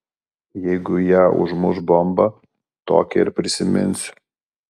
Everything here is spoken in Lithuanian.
jeigu ją užmuš bomba tokią ir prisiminsiu